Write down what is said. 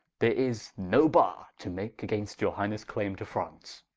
there is no barre to make against your highnesse clayme to france,